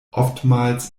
oftmals